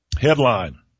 Headline